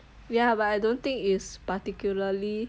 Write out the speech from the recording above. ya but I don't think it's particularly